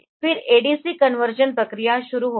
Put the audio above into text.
फिर ADC conversion प्रक्रिया शुरू होगी